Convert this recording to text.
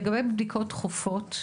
לגבי בדיקות דחופות,